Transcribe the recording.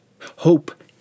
Hope